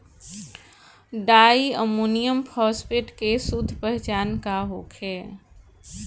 डाई ammonium phosphate के शुद्ध पहचान का होखे?